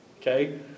okay